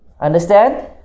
understand